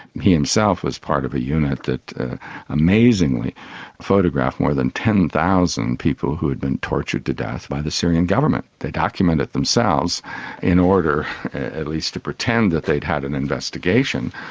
he himself was part of a unit that amazingly photographed more than ten thousand people who had been tortured to death by the syrian government. they document it themselves in order at least to pretend that they'd had an investigation.